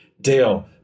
Dale